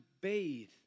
bathe